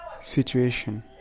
situation